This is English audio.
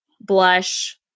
blush